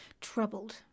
troubled